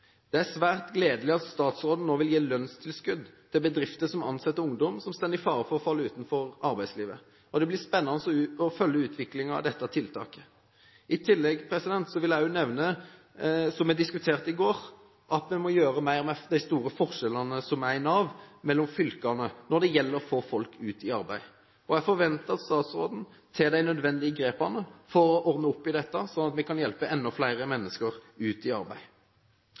Det er svært gledelig at statsråden nå vil gi lønnstilskudd til bedrifter som ansetter ungdom som står i fare for å falle utenfor arbeidslivet. Det blir spennende å følge utviklingen av dette tiltaket. I tillegg vil jeg nevne, som vi diskuterte i går, at vi må gjøre mer med de store forskjellene i Nav mellom fylkene når det gjelder å få folk ut i arbeid. Jeg forventer at statsråden tar de nødvendige grepene for å ordne opp i dette, slik at vi kan hjelpe enda flere mennesker ut i arbeid.